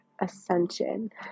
ascension